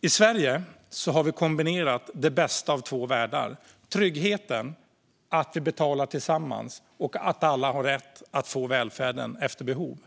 I Sverige har vi kombinerat det bästa av två världar: tryggheten i att vi betalar tillsammans och att alla har rätt att få välfärden efter behov.